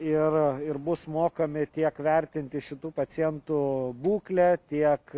ir ir bus mokami tiek vertinti šitų pacientų būklę tiek